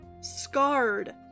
scarred